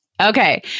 Okay